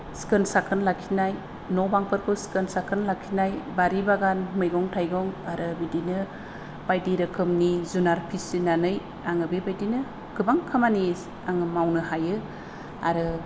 सिखोन साखोन लाखिनाय न बांफोरखौ सिखोन साखोन लाखिनाय बारि बागान मैगं थाइगं आरो बिदिनो बायदि रोखोमनि जुनार फिसिनानै आङो बेबायदिनो गोबां खामानि आङो मावनो हायो आरो